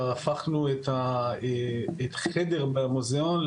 הפכנו את חדר במוזיאון,